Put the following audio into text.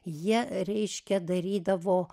jie reiškia darydavo